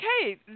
okay